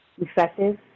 effective